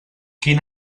quin